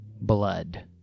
blood